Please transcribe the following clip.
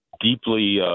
deeply